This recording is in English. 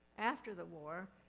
after the war,